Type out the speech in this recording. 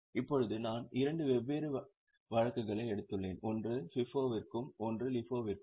இப்போது நான் இரண்டு வெவ்வேறு வழக்குகளை எடுத்துள்ளேன் ஒன்று FIFO விற்கும் ஒன்று LIFO விற்கும்